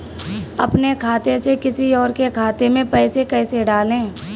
अपने खाते से किसी और के खाते में पैसे कैसे डालें?